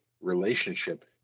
relationship